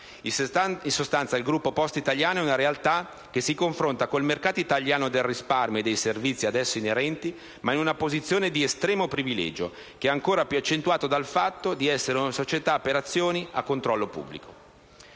In sostanza, il gruppo Poste Italiane è una realtà che si confronta con il mercato italiano del risparmio e dei servizi ad esso inerenti in una posizione di estremo privilegio, che è ancora più accentuato dal fatto di essere una società per azioni a controllo pubblico.